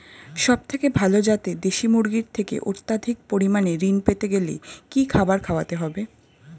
সবথেকে ভালো যাতে দেশি মুরগির থেকে অত্যাধিক পরিমাণে ঋণ পেতে গেলে কি খাবার খাওয়াতে হবে?